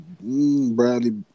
Bradley